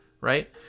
right